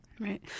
right